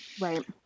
Right